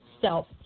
Self